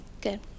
Good